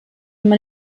man